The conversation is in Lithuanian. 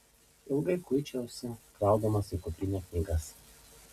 ilgai kuičiausi kraudamasis į kuprinę knygas